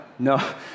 No